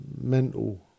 mental